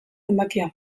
zenbakia